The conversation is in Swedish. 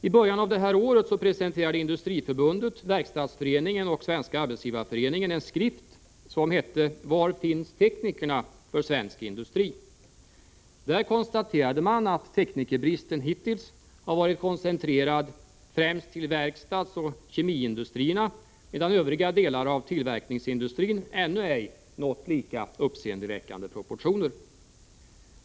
I början av det här året presenterade Industriförbundet, Verkstadsföreningen och Svenska arbetsgivareföreningen en skrift som heter Var finns teknikerna för svensk industri? Där konstaterades, att teknikerbristen hittills har varit koncentrerad främst till verkstadsoch kemiindustrierna, medan bristen inom övriga delar av tillverkningsindustrin ännu ej nått lika uppseendeväckande proportioner.